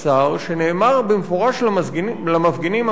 שנאמרה במפורש למפגינים אמירה מאוד